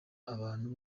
abantu